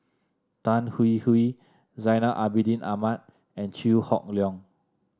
Tan Hwee Hwee Zainal Abidin Ahmad and Chew Hock Leong